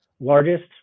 largest